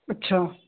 ਅੱਛਾ